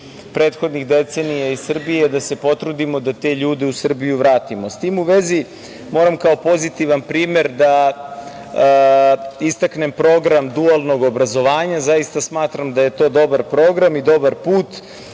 prethodnih decenija iz Srbije da se potrudimo da te ljude u Srbiju vratimo.S tim u vezi, moram kao pozitivan primer da istaknem program dualnog obrazovanja. Zaista smatram da je to dobar program i dobar put.